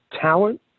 talent